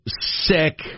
sick